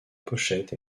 pochette